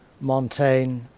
Montaigne